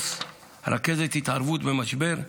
רכזת התערבות במשבר,